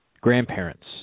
grandparents